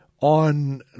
on